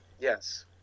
Yes